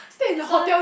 it's a